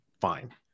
fine